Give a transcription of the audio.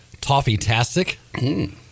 Toffee-tastic